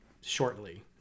shortly